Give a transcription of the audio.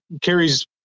carries